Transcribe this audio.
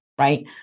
right